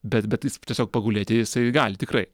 bet bet jis tiesiog pagulėti jisai gali tikrai